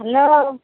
hello